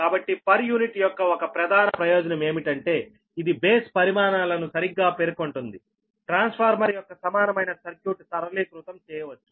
కాబట్టిపర్ unit యొక్క ఒక ప్రధాన ప్రయోజనం ఏమిటంటే ఇది బేస్ పరిమాణాలను సరిగ్గా పేర్కొంటుందిట్రాన్స్ఫార్మర్ యొక్క సమానమైన సర్క్యూట్ సరళీకృతం చేయవచ్చు